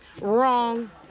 Wrong